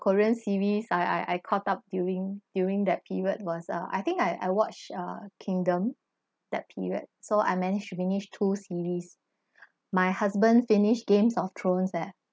korean series I I I caught up during during that period was uh I think I I watched uh kingdom that period so I managed to finish two series my husband finished games of thrones eh